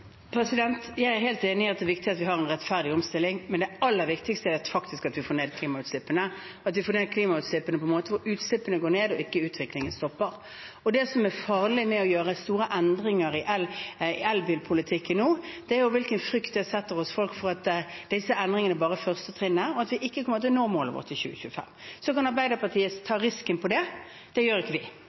Jeg er helt enig i at det er viktig at vi har en rettferdig omstilling, men det aller viktigste er faktisk at vi får ned klimautslippene, at vi får ned klimautslippene på den måten at utslippene går ned og utviklingen ikke stopper. Det som er farlig med å gjøre store endringer i elbilpolitikken nå, er at disse endringene bare er første trinnet, og hvilken frykt det setter oss i for at vi ikke kommer til å nå målet vårt i 2025. Så kan Arbeiderpartiet ta risken på det – det gjør ikke vi.